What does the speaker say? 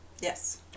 Yes